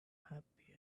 happy